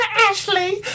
Ashley